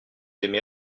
aimez